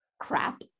crap